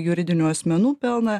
juridinių asmenų pelną